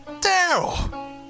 Daryl